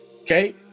Okay